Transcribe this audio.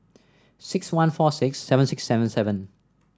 six one four six seven six seven seven